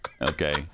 okay